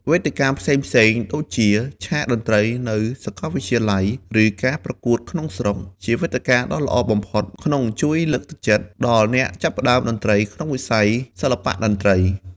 វេទិកាផ្សេងៗដូចជា ឆាកតន្ត្រីនៅសាកលវិទ្យាល័យ ឬការប្រកួតក្នុងស្រុក ជាវេទិកាដ៏ល្អបំផុតក្នុងជួយលើកទឹកចិត្តដល់អ្នកចាប់ផ្ដើមក្នុងវិស័យសិល្បៈតន្ត្រី។